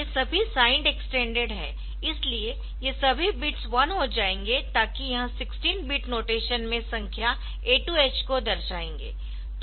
ये सभी signed extended है इसलिए ये सभी बिट्स 1 हो जाएंगे ताकि यह 16 बिट नोटेशन में संख्या A2h को दर्शाएंगे